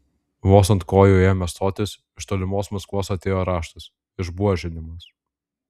vos ant kojų ėmė stotis iš tolimos maskvos atėjo raštas išbuožinimas